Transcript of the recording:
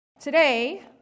Today